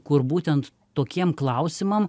kur būtent tokiem klausimam